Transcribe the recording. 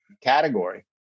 category